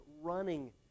running